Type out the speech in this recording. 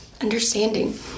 understanding